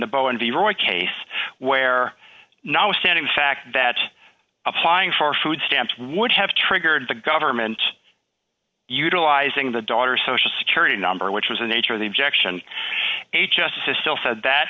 the bowen v roy case where notwithstanding the fact that applying for food stamps would have triggered the government utilizing the daughter's social security number which was the nature of the objection a justices still said that